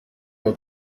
uwa